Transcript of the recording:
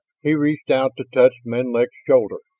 he reached out to touch menlik's shoulder.